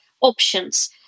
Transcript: options